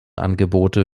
angebote